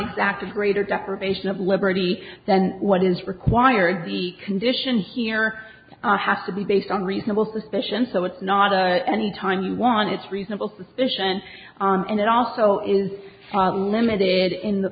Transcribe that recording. exactly greater deprivation of liberty than what is required the conditions here have to be based on reasonable suspicion so it's not a anytime you want it's reasonable suspicion and it also is limited in the